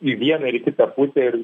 į vieną ir į kitą pusę ir